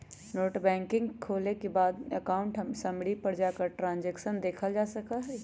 net banking खोले के बाद अकाउंट समरी पर जाकर ट्रांसैक्शन देखलजा सका हई